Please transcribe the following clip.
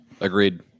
Agreed